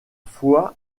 fois